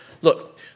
Look